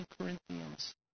Corinthians